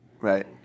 Right